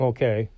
Okay